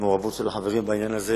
ירושלים היא מהערים העניות בארץ,